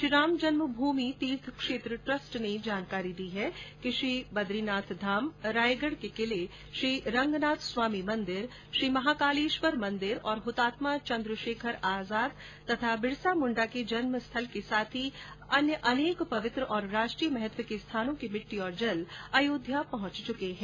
Shriram Janmabhoomi Teerth Kshetra trust ने जानकारी दी है कि श्री बद्रीनाथ धाम रायगढ़ के किले श्री रंगनाथस्वामी मंदिर श्री महाकालेश्वर मंदिर और हुतात्मा चंद्रशेखर आजाद तथा बिरसा मुंडा के जन्म स्थान के साथ ही अन्य अनेक पवित्र और राष्ट्रीय महत्व के स्थानों की मिट्टी और जल अयोध्या पहुंच चुका है